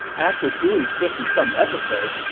after doing fifty some episodes,